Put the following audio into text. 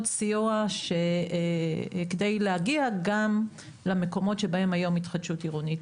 סיוע כדי להגיע גם למקומות שבהם היום התחדשות עירונית